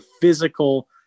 physical